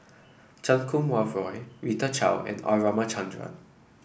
Chan Kum Wah Roy Rita Chao and R Ramachandran